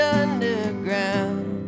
underground